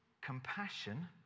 compassion